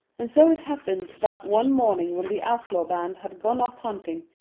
and so it happened that one morning when the outlaw band had gone off hunting,